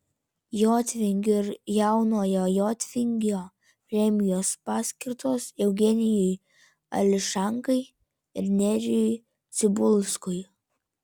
jotvingių ir jaunojo jotvingio premijos paskirtos eugenijui ališankai ir nerijui cibulskui